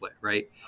right